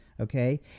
Okay